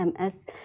MS